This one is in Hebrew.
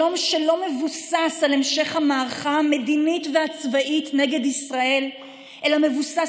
שלום שלא מבוסס על המשך המערכה המדינית והצבאית נגד ישראל אלא מבוסס